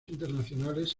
internacionales